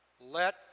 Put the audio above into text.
Let